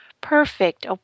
perfect